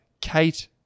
Kate